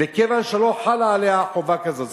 מכיוון שלא חלה עליה חובה כזאת.